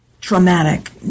traumatic